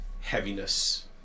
heaviness